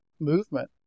movement